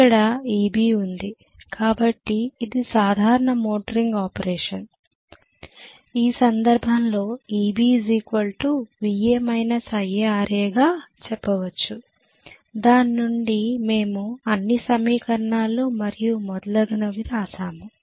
ఇక్కడ Eb ఉంది కాబట్టి ఇది సాధారణ మోటరింగ్ ఆపరేషన్ ఈ సందర్భంలో Eb Va Ia Ra గా చెప్పవచ్చు దాని నుండి మేము అన్ని సమీకరణాలు మరియు మొదలగునవి వ్రాసాము